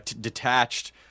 detached